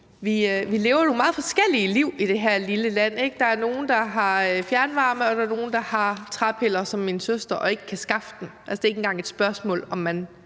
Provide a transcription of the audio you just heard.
vi lever nogle meget forskellige liv i det her lille land. Der er nogle, der har fjernvarme, og der er nogle, der bruger træpiller, ligesom min søster gør, og som ikke kan skaffe dem. Altså, det er ikke engang et spørgsmål om, om man